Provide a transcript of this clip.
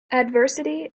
adversity